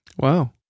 Wow